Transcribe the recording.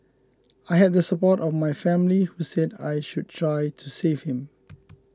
I had the support of my family who said I should try to save him